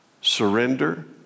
Surrender